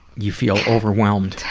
you feel overwhelmed?